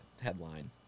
Headline